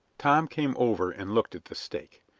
tom came over and looked at the stake.